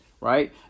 right